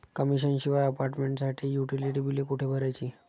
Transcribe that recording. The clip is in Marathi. कमिशन शिवाय अपार्टमेंटसाठी युटिलिटी बिले कुठे भरायची?